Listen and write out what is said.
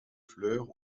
fleurs